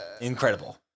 incredible